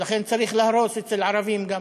ולכן צריך להרוס גם אצל ערבים.